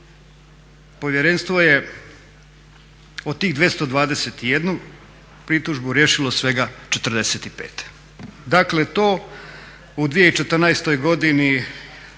Povjerenstvo je od tih 221 pritužbu riješilo svega 45. Dakle, to u 2014. godini